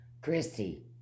Christy